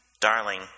Darling